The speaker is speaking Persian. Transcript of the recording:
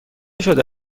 شده